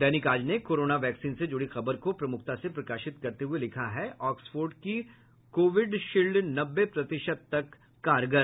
दैनिक आज ने corona vaccine से जुड़ी खबर को प्रमुखता से प्रकाशित करते हुए लिखा है ऑक्सफोर्ड की कोविशील्ड नब्बे प्रतिशत तक कारगर